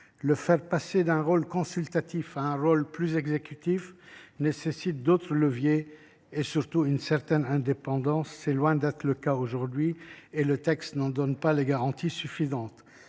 Le faire passer d’un rôle consultatif à un rôle plus exécutif nécessiterait d’autres leviers et, surtout, une certaine indépendance. C’est loin d’être le cas aujourd’hui et le texte n’apporte pas de garanties suffisantes.